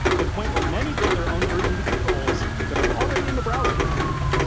to the point where many build their own versions of controls that are already in the browser.